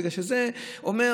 בגלל שזה אומר,